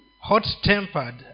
hot-tempered